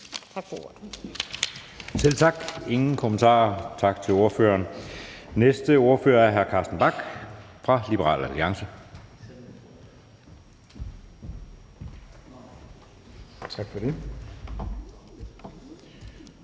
tak. Der er ingen kommentarer, tak til ordføreren. Næste ordfører er hr. Carsten Bach fra Liberal Alliance. Kl.